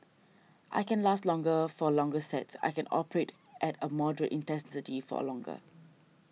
I can last longer for longer sets I can operate at a moderate intensity for longer